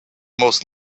most